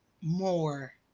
more